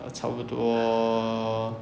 err 差不多